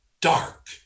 dark